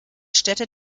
städte